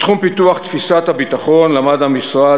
בתחום פיתוח תפיסת הביטחון למד המשרד